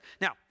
Now